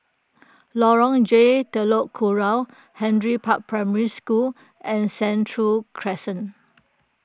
Lorong J Telok Kurau Henry Park Primary School and Sentul Crescent